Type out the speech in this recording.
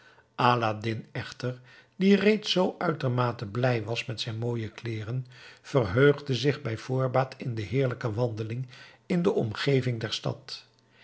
aladdin echter die reeds zoo uitermate blij was met zijn mooie kleederen verheugde zich bij voorbaat in de heerlijke wandeling in de omgeving der stad